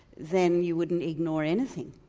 then you wouldn't ignore anything.